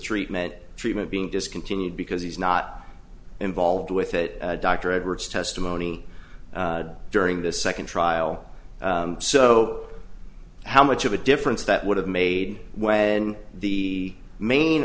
treatment treatment being discontinued because he's not involved with it dr edwards testimony during the second trial so how much of a difference that would have made when the main